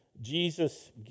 Jesus